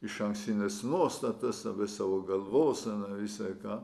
išankstines nuostatas apie savo galvoseną visa ką